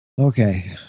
Okay